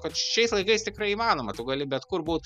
kad šiais laikais tikrai įmanoma tu gali bet kur būt